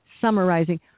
summarizing